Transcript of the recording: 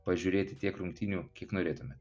pažiūrėti tiek rungtynių kiek norėtumėt